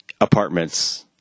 apartments